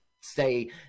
say